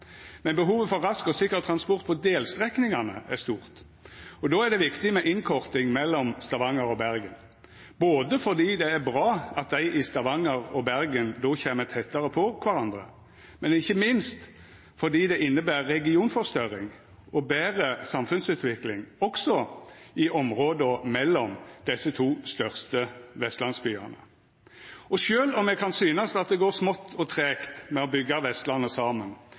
men behovet for rask og sikker transport på delstrekningane er stort. Og då er det viktig med innkorting mellom Stavanger og Bergen, både fordi det er bra at dei i Stavanger og Bergen då kjem tettare på kvarandre, og ikkje minst fordi det inneber regionforstørring og betre samfunnsutvikling, også i områda mellom desse to største vestlandsbyane. Sjølv om me kan synast at det går smått og tregt med å byggja Vestlandet